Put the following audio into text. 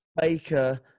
Baker